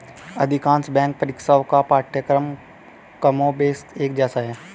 अधिकांश बैंक परीक्षाओं का पाठ्यक्रम कमोबेश एक जैसा है